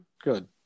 Good